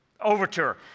overture